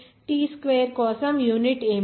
T square కోసం unit ఏమిటి